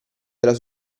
della